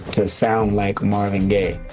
to sound like marvin gaye.